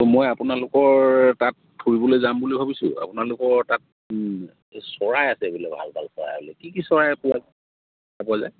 ত' মই আপোনালোকৰ তাত ফুৰিবলে যাম বুলি ভাবিছোঁ আপোনালোকৰ তাত এই চৰাই আছে বোলে ভাল ভাল চৰাই বোলে কি কি চৰাই পোৱা পোৱা যায়